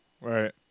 Right